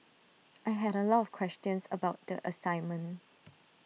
I had A lot of questions about the assignment